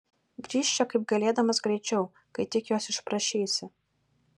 grįžk čia kaip galėdamas greičiau kai tik juos išprašysi